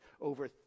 Over